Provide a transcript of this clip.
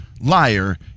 liar